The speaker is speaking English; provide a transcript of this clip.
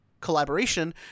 collaboration